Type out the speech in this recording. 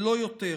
ולא יותר.